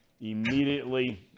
immediately